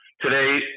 Today